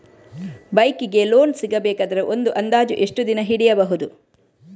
Bike ಗೆ loan ಸಿಗಬೇಕಾದರೆ ಒಂದು ಅಂದಾಜು ಎಷ್ಟು ದಿನ ಹಿಡಿಯಬಹುದು?